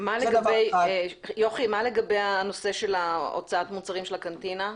מה לגבי הנושא של הוצאת מוצרים מהקנטינה?